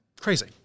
Crazy